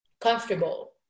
comfortable